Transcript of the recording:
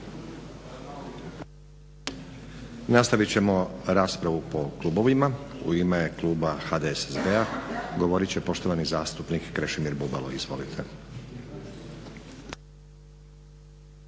Nastaviti ćemo raspravu po klubovima. U ime Kluba HDSSB-a, govorit će poštovani zastupnik Krešimir Bubalo, izvolite.